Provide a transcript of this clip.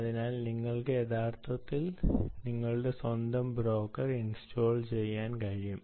അതിനാൽ നിങ്ങൾക്ക് യഥാർത്ഥത്തിൽ നിങ്ങളുടെ സ്വന്തം ബ്രോക്കർ ഇൻസ്റ്റാൾ ചെയ്യാൻ കഴിയും